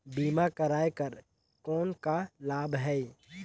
बीमा कराय कर कौन का लाभ है?